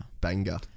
banger